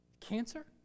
Cancer